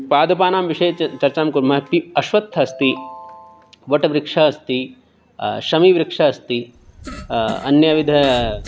पादपानां विषये च चर्चां कुर्मः कि अश्वत्थः अस्ति वटवृक्षः अस्ति शमीवृक्षः अस्ति अन्यविधः